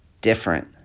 different